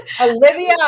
Olivia